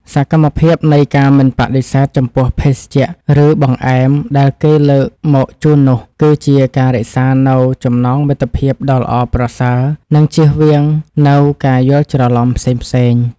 សកម្មភាពនៃការមិនបដិសេធចំពោះភេសជ្ជៈ ឬបង្អែមដែលគេលើកមកជូននោះ គឺជាការរក្សានូវចំណងមិត្តភាពដ៏ល្អប្រសើរ និងជៀសវាងនូវការយល់ច្រឡំផ្សេងៗ។